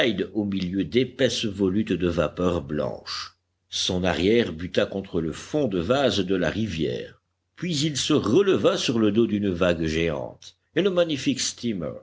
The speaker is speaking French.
au milieu d'épaisses volutes de vapeurs blanches son arrière buta contre le fond de vase de la rivière puis il se releva sur le dos d'une vague géante et le magnifique steamer